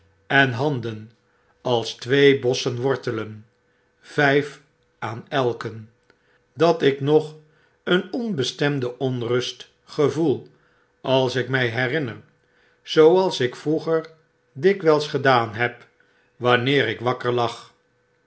en handen als twee bossen wortelen vijf aan elken dat ik nog een onbestemde onrust gevoel als ik my herinner zooals ik vroeger dikwyls gedaan heb wanneer ik wakker lag